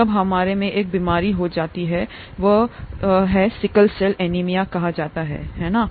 तब हमें एक बीमारी हो जाती है हमें वह हो जाता है जिसे सिकल सेल एनीमिया कहा जाता है है ना